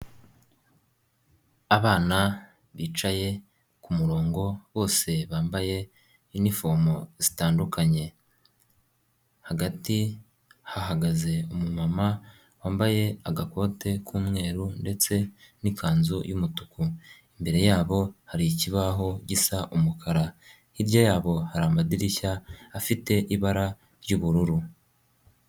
Abana bicaye ku murongo bose bambaye ifomo zitandukanye. Hagati hahagaze umumama wambaye agakote k'umweru ndetse n'ikanzu y'umutuku, imbere yabo hari ikibaho gisa umukara, hirya yabo hari amadirishya afite ibara ry'ubururu.